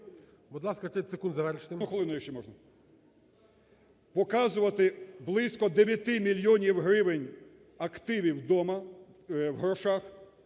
Показувати близько 9 мільйонів гривень активів дома в грошах: